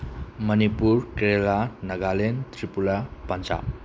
Manipur Kerala Nagaland Tripura Punjab